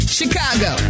Chicago